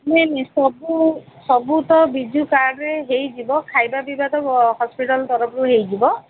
ନାଇଁ ନାଇଁ ସବୁ ସବୁ ତ ବିଜୁ କାର୍ଡ଼୍ରେ ହେଇଯିବ ଖାଇବା ପିଇବା ତ ହସ୍ପିଟାଲ୍ ତରଫରୁ ହେଇଯିବ